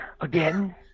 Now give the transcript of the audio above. Again